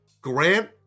Grant